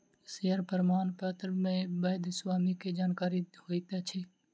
share प्रमाणपत्र मे वैध स्वामी के जानकारी होइत अछि